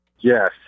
Yes